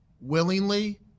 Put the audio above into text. Willingly